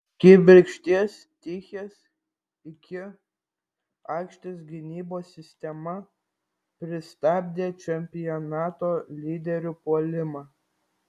kibirkšties tichės iki aikštės gynybos sistema pristabdė čempionato lyderių puolimą